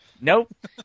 Nope